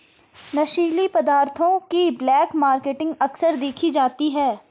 नशीली पदार्थों की ब्लैक मार्केटिंग अक्सर देखी जाती है